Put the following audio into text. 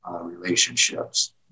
relationships